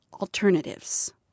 alternatives